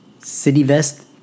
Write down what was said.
CityVest